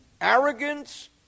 arrogance